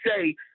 say—